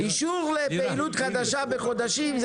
אישור לפעילות חדשה תוך כמה חודשים,